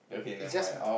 it's just